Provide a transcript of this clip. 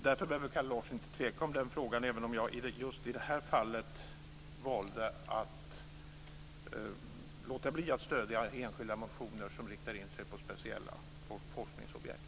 Därför behöver Kalle Larsson inte tveka i den frågan, även om jag i just det här fallet valde att låta bli att stödja enskilda motioner som riktar in sig på speciella forskningsobjekt.